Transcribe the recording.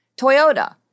Toyota